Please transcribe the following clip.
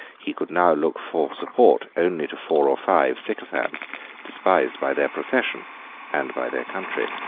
he could now look for support only to four or five sycophants despised by their profession and by their country.